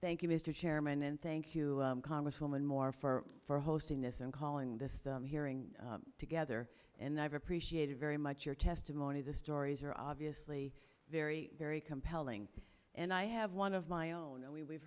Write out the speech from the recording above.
thank you mr chairman and thank you congresswoman moore for for hosting this and calling this hearing together and i've appreciated very much your testimony the stories are obviously very very compelling and i have one of my own and we